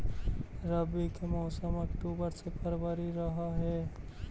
रब्बी के मौसम अक्टूबर से फ़रवरी रह हे